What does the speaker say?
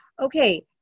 Okay